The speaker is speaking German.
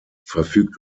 verfügt